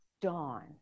dawn